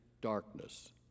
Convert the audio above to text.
darkness